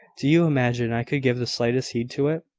do you imagine i should give the slightest heed to it?